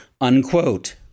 unquote